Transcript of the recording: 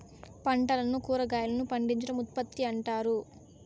పంటలను కురాగాయలను పండించడం ఉత్పత్తి అంటారు